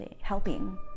helping